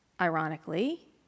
ironically